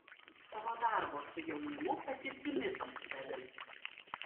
savo darbo su jaunimu patirtimi pasidalins